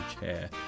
chair